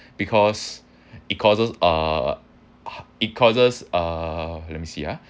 because it causes uh it causes uh let me see ah